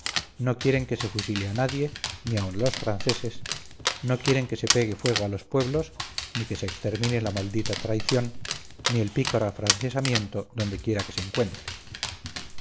no quieren que se fusile a nadie ni aun a los franceses no quieren que se pegue fuego a los pueblos ni que se extermine la maldita traición ni el pícaro afrancesamiento donde quiera que se encuentre